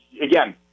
again